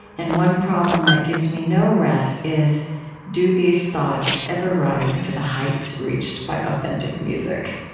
and one problem that gives me no rest is do these thoughts ever rise to the heights reached by authentic music?